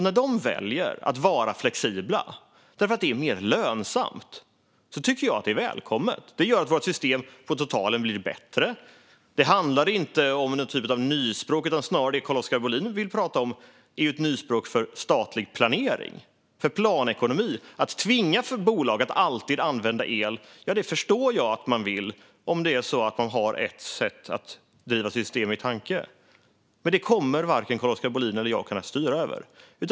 När de väljer att vara flexibla därför att det är mer lönsamt tycker jag att det är välkommet. Det gör att vårt system på totalen blir bättre. Det handlar inte om någon typ av nyspråk. Det som Carl-Oskar Bohlin vill prata om är snarare nyspråk för statlig planering och för planekonomi. Jag förstår att man vill tvinga bolag att alltid använda el om det är så att man har ett sätt att driva system i åtanke, men detta kommer varken Carl-Oskar Bohlin eller jag att kunna styra över.